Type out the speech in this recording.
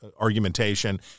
argumentation